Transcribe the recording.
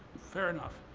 fair enough.